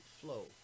flow